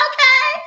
Okay